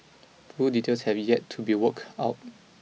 full details have yet to be work out